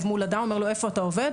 מול אדם ושואל אותו איפה אתה עובד,